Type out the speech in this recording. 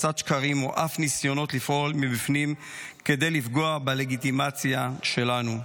הפצת שקרים או אף ניסיונות לפעול מבפנים כדי לפגוע בלגיטימציה שלנו.